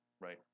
Right